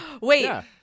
Wait